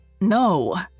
no